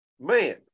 man